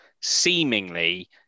seemingly